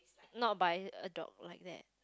not buy a dog like that